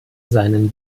seinen